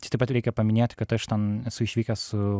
tai taip pat reikia paminėti kad aš ten esu išvykęs su